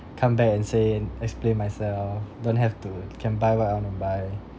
come back and say and explain myself don't have to can buy what I want to buy